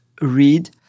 read